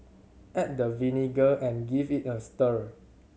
add the vinegar and give it a stir